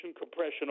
compression